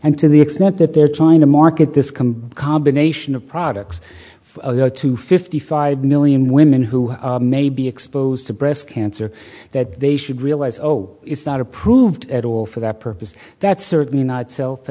and to the extent that they're trying to market this combat combination of products to fifty five million women who may be exposed to breast cancer that they should realize oh no it's not approved at all for that purpose that's certainly not self